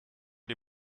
dir